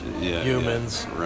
humans